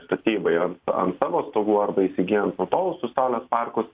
statybai ant savo stogų arba įsigyjant nutolusius saulės parkus